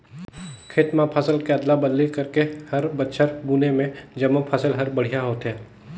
खेत म फसल के अदला बदली करके हर बछर बुने में जमो फसल हर बड़िहा होथे